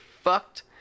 fucked